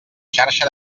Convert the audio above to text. xarxa